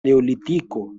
neolitiko